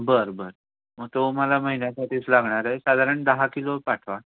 बरं बरं मग तो मला महिन्यासाठीच लागणार आहे साधारण दहा किलो पाठवा